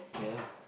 ya